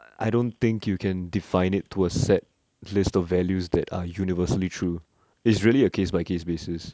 I don't think you can define it to a set list of values that are universally true it's really a case by case basis